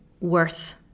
worth